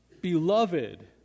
Beloved